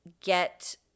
get